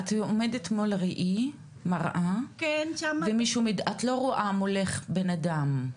את עומדת מול מראה, ואת לא רואה מולך בן אדם?